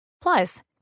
Plus